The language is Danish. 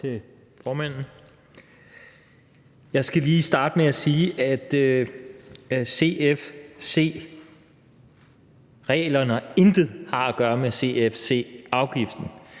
Jeg skal lige starte med at sige, at CFC-reglerne intet har at gøre med cfc-afgiften,